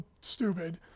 stupid